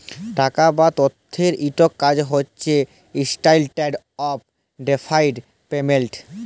টাকা বা অথ্থের ইকট কাজ হছে ইস্ট্যান্ডার্ড অফ ডেফার্ড পেমেল্ট